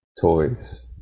Toys